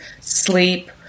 sleep